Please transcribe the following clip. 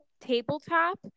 tabletop